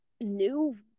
new